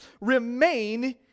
remain